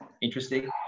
interesting